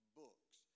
books